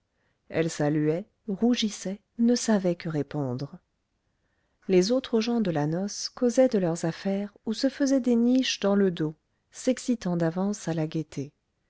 elle saluait rougissait ne savait que répondre les autres gens de la noce causaient de leurs affaires ou se faisaient des niches dans le dos s'excitant d'avance à la gaieté